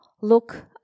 Look